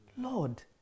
Lord